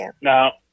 Now